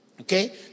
okay